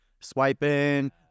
swiping